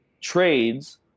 trades